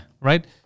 Right